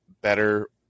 better